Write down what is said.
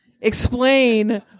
explain